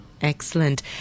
excellent